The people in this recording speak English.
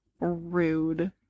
Rude